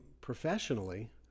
professionally